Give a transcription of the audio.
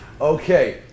Okay